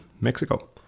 mexico